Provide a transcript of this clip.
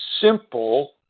simple